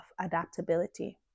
adaptability